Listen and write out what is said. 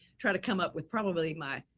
try to come up with probably my,